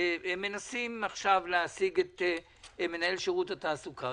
עכשיו מנסים להשיג את מנכ"ל שירות התעסוקה.